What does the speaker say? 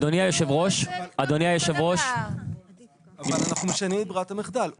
אבל אנחנו משנים את ברירת המחדל.